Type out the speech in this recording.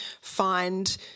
find